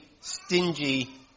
stingy